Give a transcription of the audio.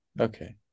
Okay